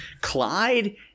Clyde